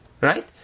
Right